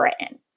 written